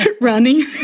running